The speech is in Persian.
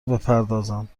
بپردازند